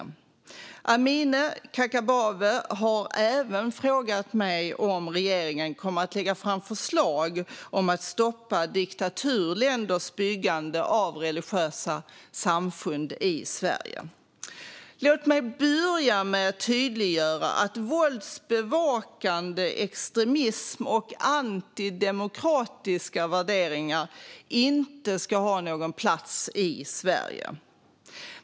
Amineh Kakabaveh här även frågat mig om regeringen kommer att lägga fram förslag om att stoppa diktaturländers byggande av religiösa samfund i Sverige. Låt mig börja med att tydliggöra att våldsbejakande extremism och antidemokratiska värderingar inte ska ha någon plats i Sverige.